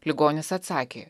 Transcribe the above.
ligonis atsakė